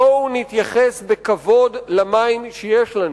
בואו נתייחס בכבוד למים שיש לנו,